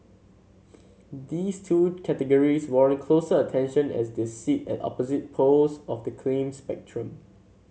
these two categories warrant closer attention as they sit at opposite poles of the claim spectrum